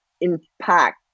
impact